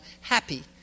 happy